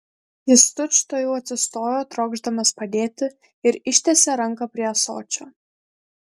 jis tučtuojau atsistojo trokšdamas padėti ir ištiesė ranką prie ąsočio